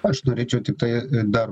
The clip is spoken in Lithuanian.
aš norėčiau tiktai dar